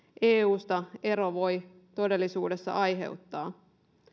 eusta ero voi todellisuudessa aiheuttaa